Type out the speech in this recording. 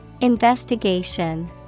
Investigation